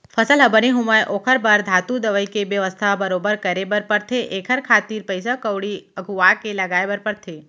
फसल ह बने होवय ओखर बर धातु, दवई के बेवस्था बरोबर करे बर परथे एखर खातिर पइसा कउड़ी अघुवाके लगाय बर परथे